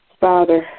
Father